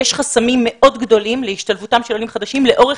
יש חסמים מאוד גדולים להשתלבותם לאורך